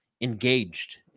engaged